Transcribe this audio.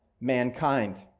mankind